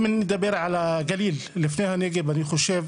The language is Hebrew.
אם אני מדבר על הגליל לפני הנגב, אני חושב